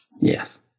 Yes